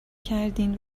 کردین